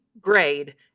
grade